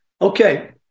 Okay